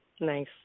Nice